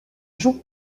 joue